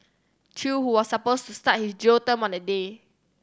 Chew who was supposed to start his jail term on the day